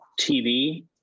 TV